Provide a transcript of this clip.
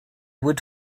would